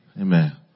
Amen